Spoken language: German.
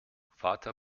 vater